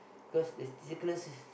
because this sickness is